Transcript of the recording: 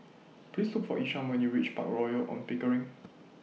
Please Look For Isham when YOU REACH Park Royal on Pickering